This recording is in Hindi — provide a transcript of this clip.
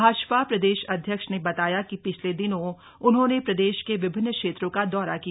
भाजपा प्रदेश अध्यक्ष ने बताया कि पिछले दिनों उन्होंने प्रदेश के विभिन्न क्षेत्रों का दौरा किया